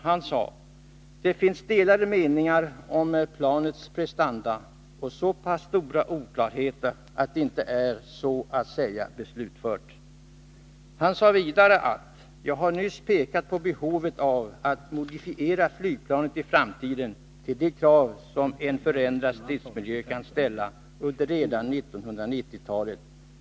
Han sade att ”det finns delade meningar om planets prestanda och så pass stora oklarheter, att det inte är så att säga beslutfört”. Vidare sade Olof Palme att ”jag har nyss pekat på behovet av att modifiera flygplanet i framtiden till de krav som en förändrad stridsmiljö kan ställa redan under 1990-talet.